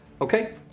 Okay